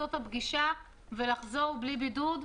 לערוך את הפגישה ולחזור בלי בידוד.